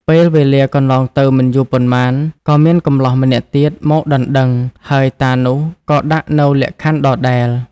ពេលវេលាកន្លងទៅមិនយូរប៉ុន្មាន ក៏មានកម្លោះម្នាក់ទៀតមកដណ្ដឹង ហើយតានោះក៏ដាក់នូវលក្ខខណ្ឌដដែល។